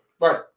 Right